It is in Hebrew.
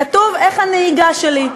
כתוב: "איך הנהיגה שלי?".